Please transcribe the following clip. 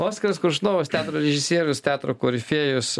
oskaras koršunovas teatro režisierius teatro korifėjus